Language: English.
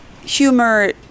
humor